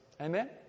Amen